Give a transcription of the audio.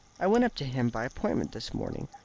i went up to him by appointment this morning.